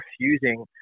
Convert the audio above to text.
refusing